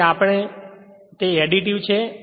તેથી આખરે તે એડિટિવ છે